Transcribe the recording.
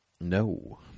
No